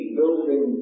building